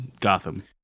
Gotham